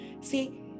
See